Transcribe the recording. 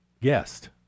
guest